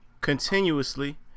Continuously